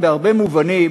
בהרבה מובנים